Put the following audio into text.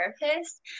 therapist